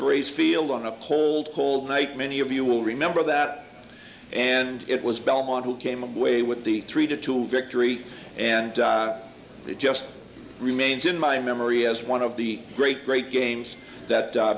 grace field on a cold cold night many of you will remember that and it was belmont who came away with the three to two victory and it just remains in my memory as one of the great great games that